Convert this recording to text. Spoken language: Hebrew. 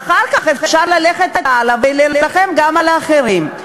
ואחר כך אפשר ללכת הלאה ולהילחם גם על האחרים.